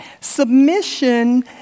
Submission